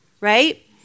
right